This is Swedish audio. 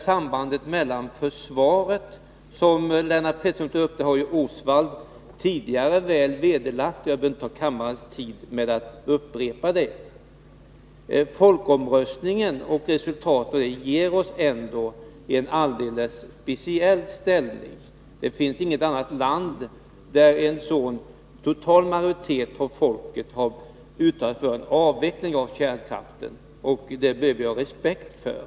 Sambandet med försvaret, som Lennart Pettersson tog upp, har Oswald Söderqvist tidigare väl vederlagt, och jag behöver inte uppta kammarens tid med att upprepa det. Folkomröstningen och dess resultat ger oss en alldeles speciell ställning. Det finns inget annat land där en så total majoritet av folket har uttalat sig för en avveckling av kärnkraften, och det bör vi ha respekt för.